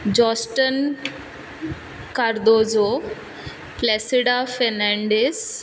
Jostein Cardozo Placida Fernandes